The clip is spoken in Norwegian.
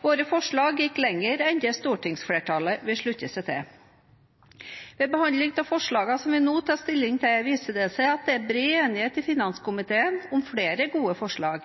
Våre forslag gikk lenger enn det stortingsflertallet ville slutte seg til. Ved behandlingen av forslagene som vi nå tar stilling til, viser det seg at det er bred enighet i finanskomiteen om flere gode forslag.